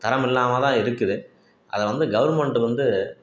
தரம் இல்லாமல்தான் இருக்குது அதை வந்து கவர்மெண்ட் வந்து